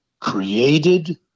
created